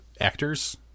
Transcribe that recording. actors